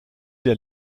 der